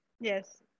Yes